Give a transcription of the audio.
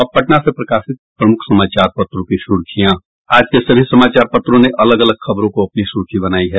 अब पटना से प्रकाशित प्रमुख समाचार पत्रों की सुर्खियां आज के सभी अखबारों ने अलग अलग खबरों को अपनी सुर्खी बनायी है